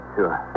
Sure